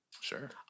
sure